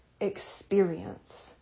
experience